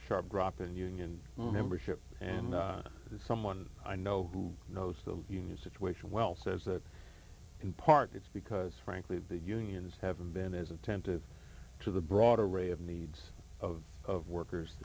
sharp drop in union membership and someone i know who knows the union situation well says that in part it's because frankly the unions have been as attentive to the broader array of needs of workers